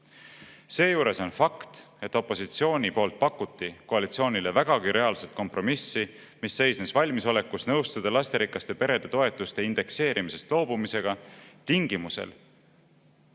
Seejuures on fakt, et opositsiooni poolt pakuti koalitsioonile vägagi reaalset kompromissi, mis seisnes valmisolekus nõustuda lasterikaste perede toetuste indekseerimisest loobumisega tingimusel,